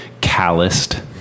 calloused